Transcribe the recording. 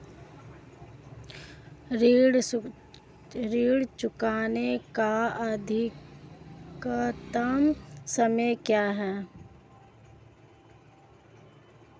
ऋण चुकाने का अधिकतम समय क्या है?